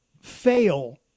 fail